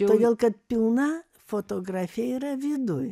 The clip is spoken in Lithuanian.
todėl kad pilna fotografija yra viduj